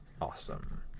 Awesome